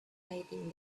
lighting